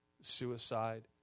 suicide